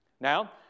Now